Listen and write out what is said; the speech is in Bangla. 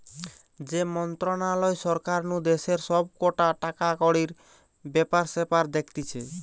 যে মন্ত্রণালয় সরকার নু দেশের সব কটা টাকাকড়ির ব্যাপার স্যাপার দেখতিছে